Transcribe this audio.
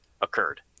occurred